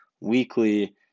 weekly